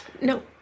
No